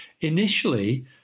initially